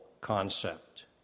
concept